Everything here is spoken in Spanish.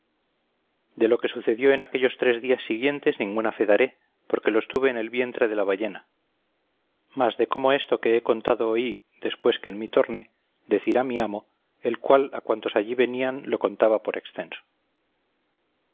de lo que sucedió en aquellos tres días siguientes ninguna fe daré porque los tuve en el vientre de la ballena mas de cómo esto que he contado oí después que en mí torné decir a mi amo el cual a cuantos allí venían lo contaba por extenso